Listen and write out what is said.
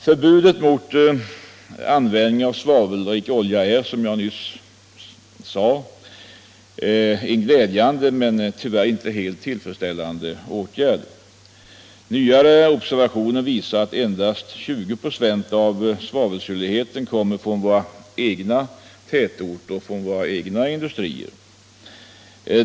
Förbudet mot användning av svavelrik olja är, som jag nyss sade, en glädjande men tyvärr inte helt tillfredsställande åtgärd. Nyare observationer visar att endast 20 96 av svavelsyrligheten kommer från våra egna tätorter och industrier.